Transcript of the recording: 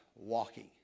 walking